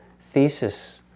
thesis